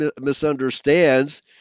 misunderstands